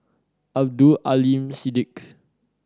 Abdul Aleem Siddique